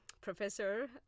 professor